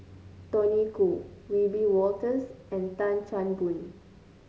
Tony Khoo Wiebe Wolters and Tan Chan Boon